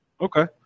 Okay